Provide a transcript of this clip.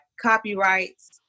copyrights